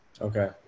Okay